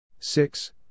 Six